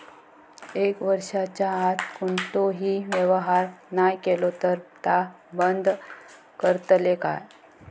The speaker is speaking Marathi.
एक वर्षाच्या आत कोणतोही व्यवहार नाय केलो तर ता बंद करतले काय?